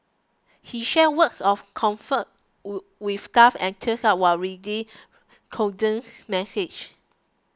he shared words of comfort with staff and teared up while reading condolence message